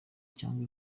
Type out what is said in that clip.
cyangwa